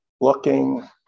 looking